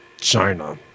China